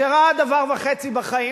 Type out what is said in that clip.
שראה דבר וחצי בחיים,